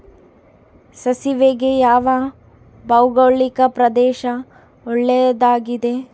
ಸಾಸಿವೆಗೆ ಯಾವ ಭೌಗೋಳಿಕ ಪ್ರದೇಶ ಒಳ್ಳೆಯದಾಗಿದೆ?